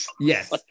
yes